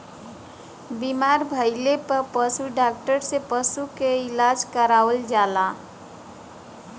बीमार भइले पे पशु डॉक्टर से पशु के इलाज करावल जाला